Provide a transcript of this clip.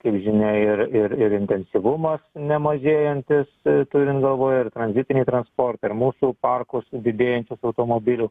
kaip žinia ir ir ir intensyvumas nemažėjantis turint galvoj ir tranzitinį transportą ir mūsų parkus didėjančius automobilių